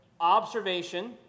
Observation